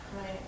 Right